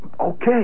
okay